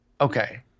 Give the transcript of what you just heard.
Okay